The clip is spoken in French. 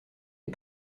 est